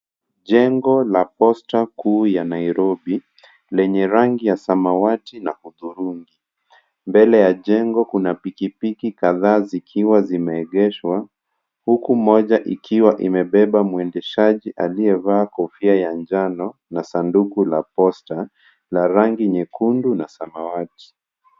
Jengo la posta kuu ya Nairobi, lenye rangi ya samawati na hudhurungi, mbele ya jengo kuna pikipiki kadha zikiwa zimeegeshwa, huku moja ikiwa imebeba mwendeshaji aliyevaa kofia ya njano na sanduku la Posta la rangi nyekundu na samawati.